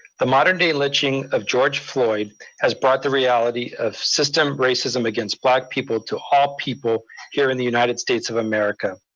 the modern-day lynching of george floyd has brought the reality of system racism against black people to all people here in the united states of america,